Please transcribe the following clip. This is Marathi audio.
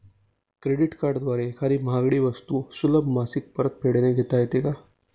क्रेडिट कार्डद्वारे एखादी महागडी वस्तू सुलभ मासिक परतफेडने घेता येते का?